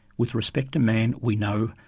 with respect to man we know,